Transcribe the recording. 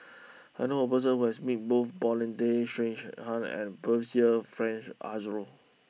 I knew a person who has met both Paulin Tay Straughan and Percival Frank Aroozoo